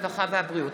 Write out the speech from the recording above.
הרווחה והבריאות.